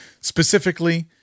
specifically